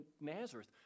Nazareth